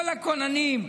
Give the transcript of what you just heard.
כל הכוננים,